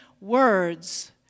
words